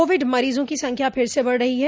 Covid मरीजों की संख्या फिर से बढ़ रही है